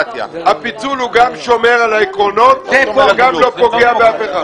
הפיצול גם שומר על העקרונות וגם לא פוגע באף אחד.